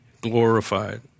glorified